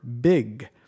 BIG